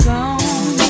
Gone